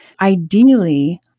Ideally